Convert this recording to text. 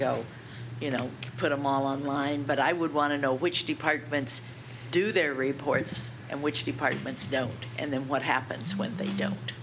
go you know put them all online but i would want to know which departments do their reports and which departments don't and then what happens when they don't